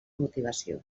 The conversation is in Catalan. motivació